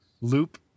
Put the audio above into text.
loop